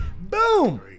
boom